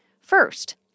first